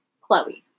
Chloe